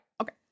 okay